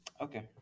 Okay